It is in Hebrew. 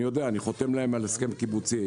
אני יודע, אני חותם להם על הסכם קיבוצי,